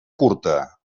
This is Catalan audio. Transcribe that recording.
curta